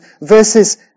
verses